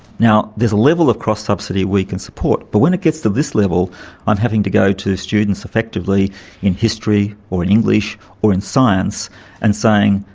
now, there's a level of cross-subsidy we can support, but when it gets to this level i'm having to go to students effectively in history or in english or in science and saying,